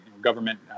government